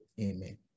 Amen